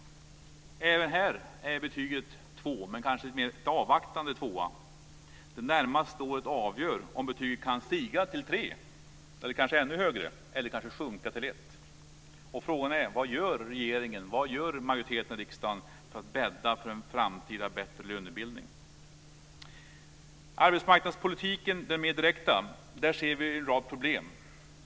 Även här är betyget 2, men det är kanske en lite mer avvaktande tvåa. Det närmaste året avgör om betyget kan stiga till 3 - eller kanske ännu högre - eller sjunka till 1. Frågan är: Vad gör regeringen? I den mer direkta arbetsmarknadspolitiken ser vi en rad problem.